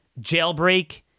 jailbreak